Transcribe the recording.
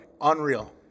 unreal